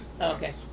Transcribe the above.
Okay